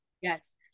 Yes